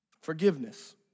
Forgiveness